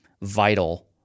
vital